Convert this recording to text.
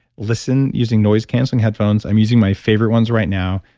listen using noise canceling headphones. i'm using my favorite ones right now.